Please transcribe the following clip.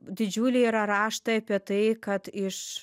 didžiuliai yra raštai apie tai kad iš